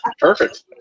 Perfect